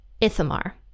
Ithamar